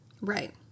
Right